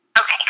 Okay